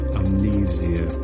amnesia